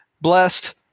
blessed